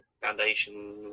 Foundation